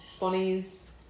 Bonnie's